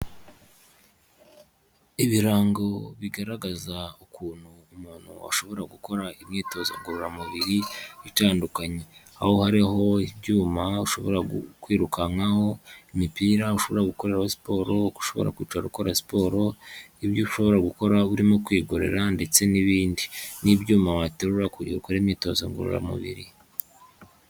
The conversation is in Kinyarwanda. Ibirango bigaragaza ukuntu umuntu ashobora gukora imyitozo ngororamubiri itandukanye, aho hariho ibyuma ushobora kwirukankaho, imipira ushobora gukoreraho siporo, uko ushobora kwicara ukora siporo, ibyo ushobora gukora urimo kwigorora ndetse n'ibindi. Ni ibyuma waterura kugira ukore imyitozo ngororamubiri.